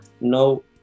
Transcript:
no